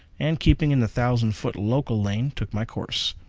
and, keeping in the thousand-foot local lane, took my course.